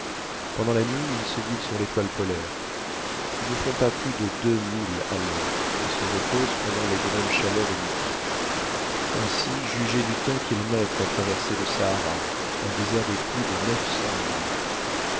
pendant la nuit ils se guident sur l'étoile polaire ils ne font pas plus de deux milles à l'heure et se reposent pendant les grandes chaleurs de midi ainsi jugez du temps qu'ils mettent à traverser le sahara un désert de plus de